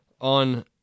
on